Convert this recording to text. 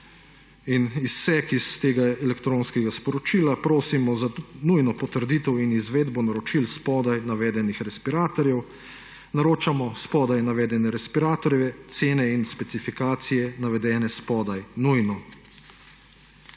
in izsek iz tega elektronskega sporočila: »Prosimo za nujno potrditev in izvedbo naročil spodaj navedenih respiratorjev. Naročamo spodaj navedene respiratorje, cene in specifikacije navedene spodaj, nujno.«